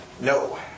No